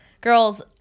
girl's